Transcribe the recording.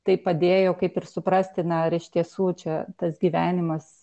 tai padėjo kaip ir suprasti na ar iš tiesų čia tas gyvenimas